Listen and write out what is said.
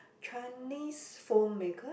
Chinese phone maker